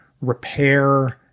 repair